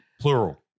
Plural